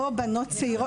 בו בנות צעירות